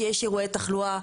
כשיש אירועי תחלואה,